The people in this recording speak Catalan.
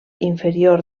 inferior